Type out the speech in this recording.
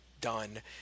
done